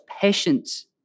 patience